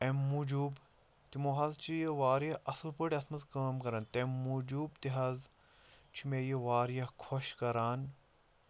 اَمہِ موٗجوٗب تِمو حظ چھِ یہِ واریاہ اَصٕل پٲٹھۍ یَتھ منٛز کٲم کران تَمہِ موٗجوٗب تہِ حظ چھُ مےٚ یہِ واریاہ خۄش کران